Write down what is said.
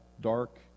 dark